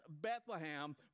Bethlehem